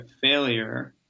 failure